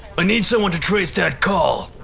i need someone to trace that call!